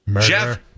Jeff